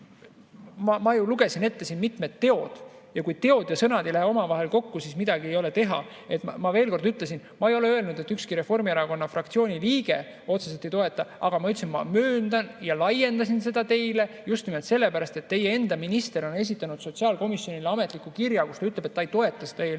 ma ju lugesin ette siin mitmed teod. Ja kui teod ja sõnad ei lähe omavahel kokku, siis midagi ei ole teha. Veel kord: ma ei ole öelnud, et ükski Reformierakonna fraktsiooni liige otseselt ei toeta, aga ma möönan, et ma laiendasin seda teile just nimelt sellepärast, et teie enda minister on esitanud sotsiaalkomisjonile ametliku kirja, kus ta ütleb, et ta ei toeta seda